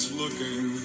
looking